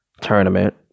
tournament